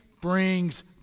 brings